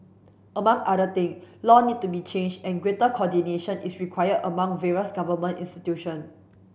among other thing law need to be changed and greater coordination is required among various government institution